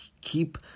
keep